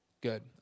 Good